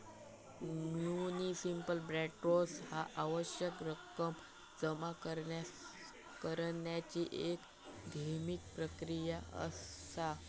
municipal bonds ह्या आवश्यक रक्कम जमा करण्याची एक धीमी प्रक्रिया असा